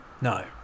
No